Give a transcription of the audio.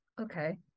okay